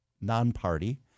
non-party